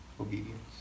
Obedience